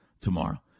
tomorrow